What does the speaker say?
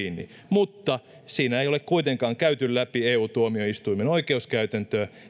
mutta siinä ei ole kuitenkaan käyty läpi eu tuomioistuimen oikeuskäytäntöä